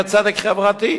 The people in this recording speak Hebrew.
זה ממש יהיה צדק חברתי.